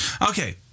Okay